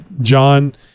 John